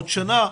עוד שנה,